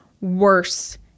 worse